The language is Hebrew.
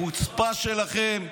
החוצפה שלכם,